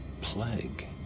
plague